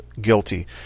guilty